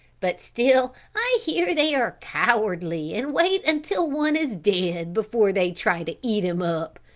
but still i hear they are cowardly and wait until one is dead before they try to eat him up.